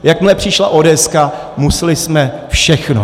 Jakmile přišla ódéeska, museli jsme všechno.